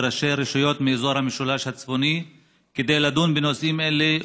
וראשי הרשויות מאזור המשולש הצפוני כדי לדון בנושאים אלה,